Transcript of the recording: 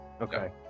Okay